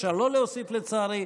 אפשר לא להוסיף "לצערי",